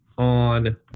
on